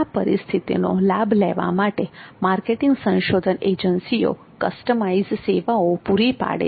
આ પરિસ્થિતિનો લાભ લેવા માટે માર્કેટિંગ સંશોધન એજન્સીઓ કસ્ટમાઇઝટ સેવાઓ પૂરી પાડે છે